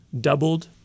doubled